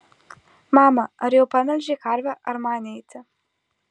mama ar jau pamelžei karvę ar man eiti